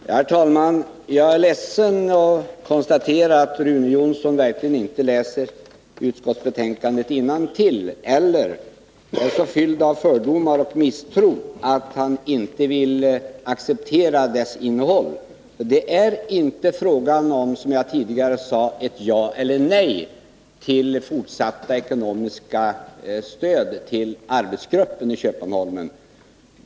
Herr talman! Jag är ledsen att konstatera att Rune Jonsson verkligen inte läser utskottsbetänkandet innantill eller också är så fylld av fördomar och misstro att han inte vill acceptera dess innehåll. Det är inte, som jag tidigare sade, fråga om ett ja eller nej till fortsatt ekonomiskt stöd till arbetsgruppen i Köpmanholmen.